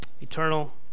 Eternal